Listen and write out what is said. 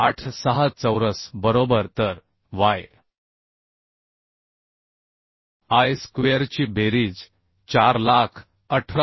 86 चौरस बरोबर तर y i स्क्वेअरची बेरीज 418877